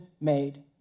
made